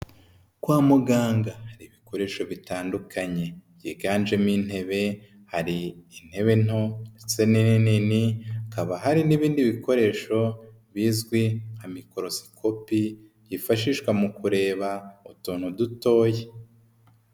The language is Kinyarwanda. Kwa muganga hari ibikoresho bitandukanye byiganjemo intebe, hari intebe nto ndetse ni nini, hakaba hari n'ibindi bikoresho bizwi nka mikorosikopi byifashishwa mu kureba utuntu dutoya.